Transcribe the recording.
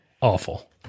awful